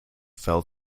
fell